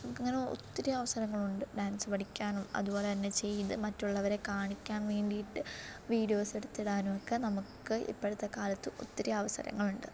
നമുക്കങ്ങനെ ഒത്തിരി അവസരങ്ങളുണ്ട് ഡാൻസ് പഠിക്കാനും അതുപോലെ തന്നെ ചെയ്തു മറ്റുളവരെ കാണിക്കാൻ വേണ്ടിയിട്ട് വീഡിയോസ് എടുത്ത് ഇടാനൊക്കെ നമുക്ക് ഇപ്പോഴത്തെ കാലത്ത് ഒത്തിരി അവസരങ്ങൾ ഉണ്ട്